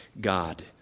God